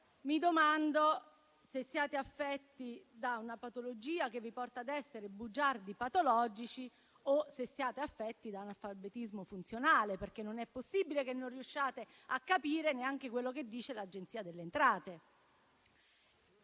Mi domando se siate affetti da una patologia che vi porta ad essere bugiardi patologici o se siate affetti da analfabetismo funzionale, perché non è possibile che non riusciate a capire neanche quello che dice l'Agenzia delle entrate.